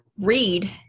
read